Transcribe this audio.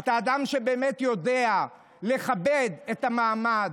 אתה אדם שבאמת יודע לכבד את המעמד.